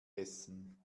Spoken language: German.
essen